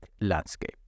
landscape